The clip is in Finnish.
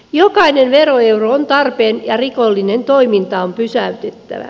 jokainen veroeuro on tarpeen ja rikollinen toiminta on pysäytettävä